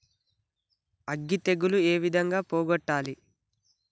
అగ్గి తెగులు ఏ విధంగా పోగొట్టాలి?